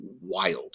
wild